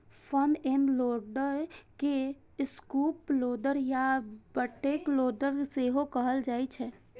front end loader के scoop loader या bucket loader सेहो कहल जाइ छै